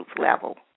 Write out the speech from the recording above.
level